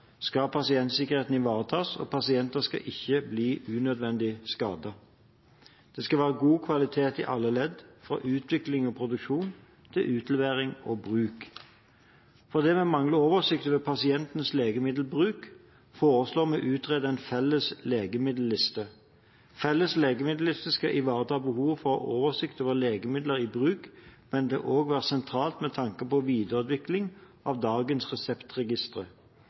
skal pasientsikkerheten ivaretas, og pasienter skal ikke bli unødvendig skadet. Det skal være god kvalitet i alle ledd – fra utvikling og produksjon til utlevering og bruk. Fordi vi mangler oversikt over pasienters legemiddelbruk, foreslår vi å utrede en felles legemiddelliste. Felles legemiddelliste skal ivareta behovet for å ha oversikt over legemidler i bruk, men vil også være sentral med tanke på videreutvikling av dagens